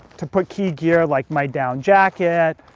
to put key gear like my down jacket,